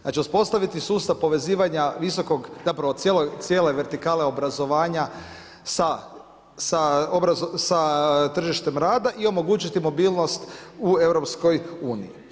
Znači uspostaviti sustav povezivanja visokog, zapravo cijele vertikale obrazovanja sa tržištem rada i omogućiti mobilnost u EU.